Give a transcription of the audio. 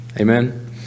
amen